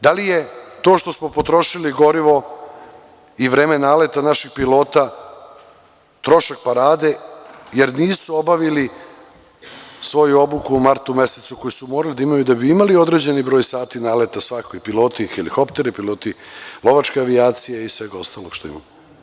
Da li je to što smo potrošili gorivo i vreme naleta naših pilota trošak parade jer nisu obavili svoju obuku u martu mesecu, koju su morali da imaju da bi imali određeni broj sati naleta i piloti i helikopter, piloti lovačke avijacije i svega ostalog što imamo?